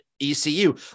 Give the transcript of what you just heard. ECU